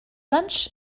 lunch